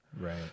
Right